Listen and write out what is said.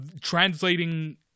translating